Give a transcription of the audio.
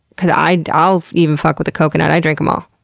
because i'll i'll even fuck with the coconut. i drink em all.